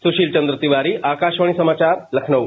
सुशील चंद तिवारी आकाशवाणी समाचार लखनऊ